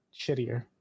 shittier